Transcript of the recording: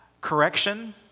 correction